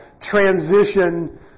transition